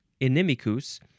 Inimicus